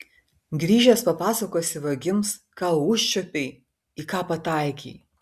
grįžęs papasakosi vagims ką užčiuopei į ką pataikei